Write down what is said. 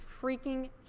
freaking